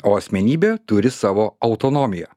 o asmenybė turi savo autonomiją